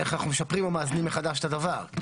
איך אנחנו משפרים ומאזנים מחדש את הדבר.